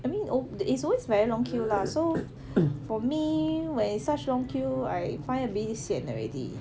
I mean al~ there is always very long queue lah so for me when it's such long queue I find a bit sian already